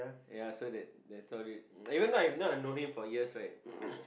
ya so that that tall dude even though I've known him for years right